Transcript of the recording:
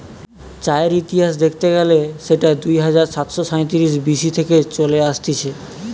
চায়ের ইতিহাস দেখতে গেলে সেটা দুই হাজার সাতশ সাইতিরিশ বি.সি থেকে চলে আসতিছে